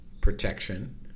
protection